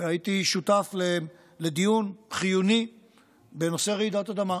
הייתי שותף לדיון חיוני בנושא רעידות אדמה,